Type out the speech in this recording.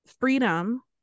Freedom